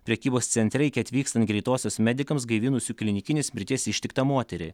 prekybos centre iki atvykstant greitosios medikams gaivinusių klinikinės mirties ištiktą moterį